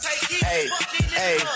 hey